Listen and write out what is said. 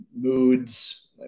moods